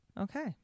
Okay